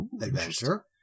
adventure